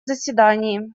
заседании